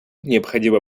необходимо